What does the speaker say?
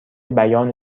بیان